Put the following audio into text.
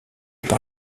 par